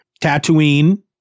Tatooine